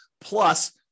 plus